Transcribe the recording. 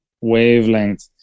wavelength